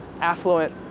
affluent